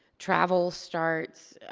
travel starts,